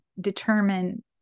determine